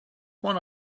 one